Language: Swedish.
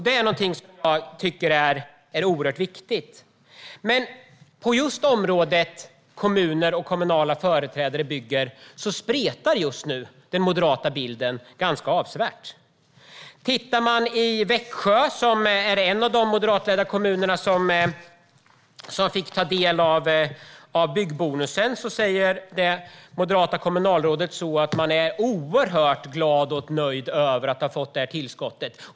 Det är någonting som jag tycker är oerhört viktigt. Men just på området kommuners och kommunala företrädares byggande spretar just nu den moderata bilden ganska avsevärt. I Växjö, en av de moderatledda kommuner som fick ta del av byggbonusen, säger det moderata kommunalrådet att man är oerhört glad och nöjd över att ha fått det här tillskottet.